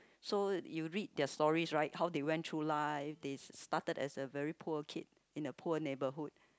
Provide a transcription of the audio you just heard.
so you read their stories right how they went through life they started as a very poor kid in a poor neighbourhood